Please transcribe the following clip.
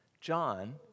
John